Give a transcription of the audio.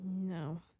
No